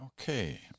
Okay